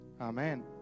Amen